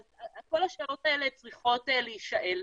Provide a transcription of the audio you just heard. כל השאלות האלה צריכות להישאל.